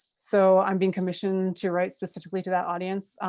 so i'm being commissioned to write specifically to that audience.